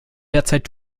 derzeit